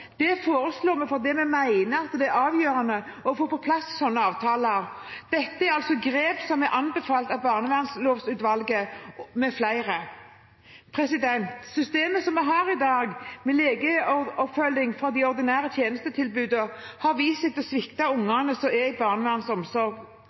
Det foreslår vi fordi vi mener det er avgjørende å få på plass slike avtaler. Dette er grep som er anbefalt av Barnevernlovutvalget med flere. Systemet vi har i dag, med legeoppfølging fra det ordinære tjenestetilbudet, har vist seg å svikte